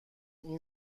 این